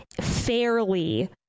fairly